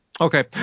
Okay